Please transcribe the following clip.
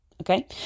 Okay